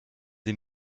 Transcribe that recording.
sie